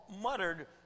muttered